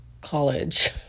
college